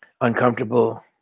uncomfortable